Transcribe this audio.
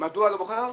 מדוע לא בוחרים אותו?